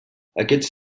aquests